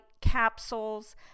Capsules